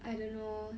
I didn't know